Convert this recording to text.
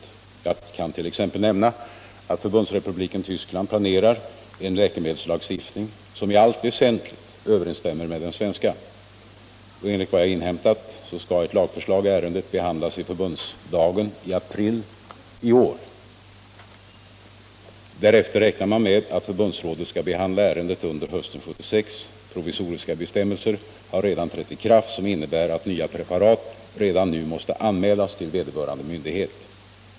Eftersom Förbundsrepubliken Tyskland nämnts här i dag kan jag nämna att man där planerar en läkemedelslagstiftning som i allt väsentligt överensstämmer med den svenska. Enligt vad jag inhämtat skall ett lagförslag i ärendet behandlas i förbundsdagen i april i år. Därefter räknar man med att förbundsrådet skall behandla ärendet under hösten 1976. Provisoriska bestämmelser har trätt i kraft som innebär att nya preparat redan nu måste anmälas till vederbörande myndighet.